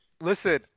Listen